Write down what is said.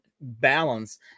balance